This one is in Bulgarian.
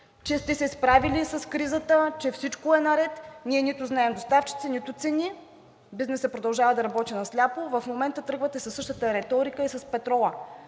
че сте се справили с кризата, че всичко е наред, ние нито знаем доставчици, нито цени, бизнесът продължава да работи на сляпо. В момента тръгвате със същата риторика и с петрола.